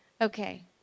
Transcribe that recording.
Okay